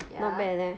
ya